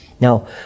Now